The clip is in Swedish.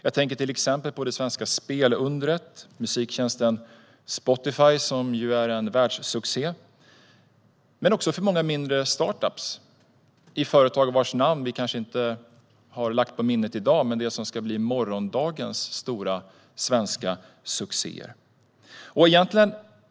Jag tänker till exempel på det svenska spelundret och musiktjänsten Spotify, som ju är en världssuccé, men också på många mindre startups, företag vars namn vi kanske inte har lagt på minnet i dag men som kommer att bli morgondagens stora svenska succéer.